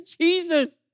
Jesus